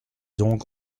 donc